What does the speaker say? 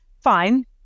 Fine